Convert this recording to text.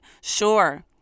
Sure